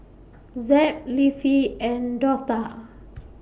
Zeb Leafy and Dortha